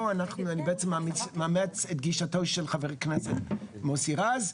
פה אני מאמץ את גישתו של חבר הכנסת מוסי רז,